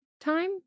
time